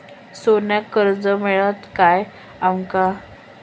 सोन्याक कर्ज मिळात काय आमका?